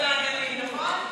90% מהחטיבה להתיישבות זה,